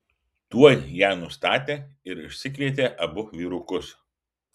tuoj ją nustatė ir išsikvietė abu vyrukus